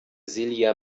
silja